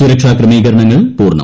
സുരക്ഷാ ക്രമീകരണങ്ങൾ പൂർണ്ണം